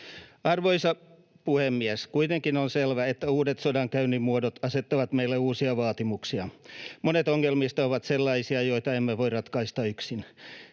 Arvoisa puhemies! Kuitenkin on selvää, että uudet sodankäynnin muodot asettavat meille uusia vaatimuksia. Monet ongelmista ovat sellaisia, että emme voi ratkaista niitä